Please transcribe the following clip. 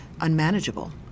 unmanageable